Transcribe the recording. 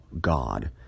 God